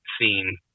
scene